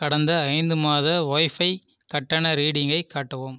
கடந்த ஐந்து மாத வைஃபை கட்டண ரீடிங்கை காட்டவும்